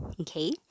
Okay